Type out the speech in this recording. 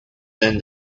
than